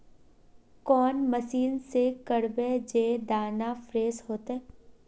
कौन मशीन से करबे जे दाना फ्रेस होते?